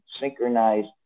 synchronized